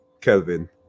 Kelvin